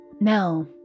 Now